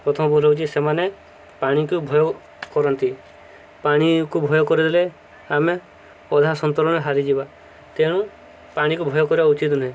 ପ୍ରଥମ ଭୁଲ୍ ହେଉଛି ସେମାନେ ପାଣିକୁ ଭୟ କରନ୍ତି ପାଣିକୁ ଭୟ କରିଦେଲେ ଆମେ ଅଧା ସନ୍ତନଣରେ ହାରିଯିବା ତେଣୁ ପାଣିକୁ ଭୟ କରିବା ଉଚିତ ନୁହେଁ